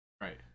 Right